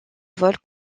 vols